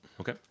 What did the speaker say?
Okay